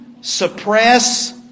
suppress